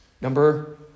Number